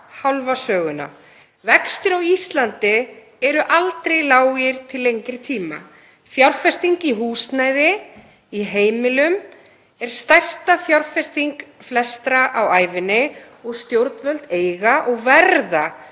hálfa söguna. Vextir á Íslandi eru aldrei lágir til lengri tíma. Fjárfesting í húsnæði, í heimilum, er stærsta fjárfesting flestra á ævinni og stjórnvöld eiga og verða